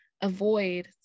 avoid